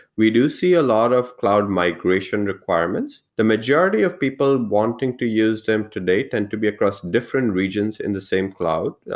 we do see a lot of cloud migration requirements. the majority of people wanting to use them to-date and to be across different regions in the same cloud,